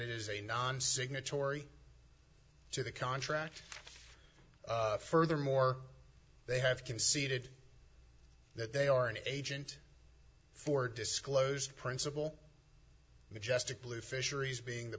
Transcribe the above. it is a non signatory to the contract furthermore they have conceded that they are an agent for disclosed principle majestically fisheries being the